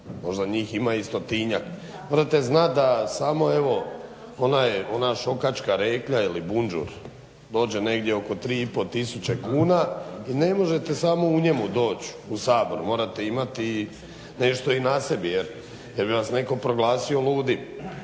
možda njih ima i 100-njak. Morate znati da samo, evo onaj, ona šokačka reklja ili bunđur dođe negdje oko 3,5 tisuće kuna i ne možete samo u njemu doći u Sabor, morate imati nešto i na sebi jer bi vas netko proglasio ludim.